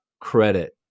credit